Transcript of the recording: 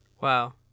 Wow